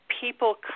people